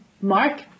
mark